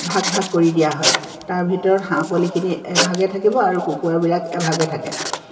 ভাগ ভাগ কৰি দিয়া হয় তাৰ ভিতৰত হাঁহ পোৱালিখিনি এভাগে থাকিব আৰু কুকুৰাবিলাক এভাগে থাকে